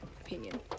opinion